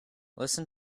listen